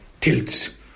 tilts